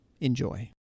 Enjoy